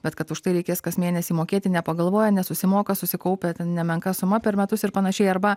bet kad už tai reikės kas mėnesį mokėti nepagalvoja nesusimoka susikaupia nemenka suma per metus ir panašiai arba